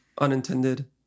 unintended